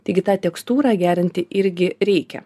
taigi tą tekstūrą gerinti irgi reikia